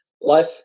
Life